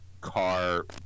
car